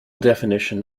definition